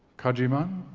kanji maya,